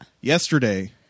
yesterday